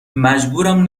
مجبورم